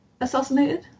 assassinated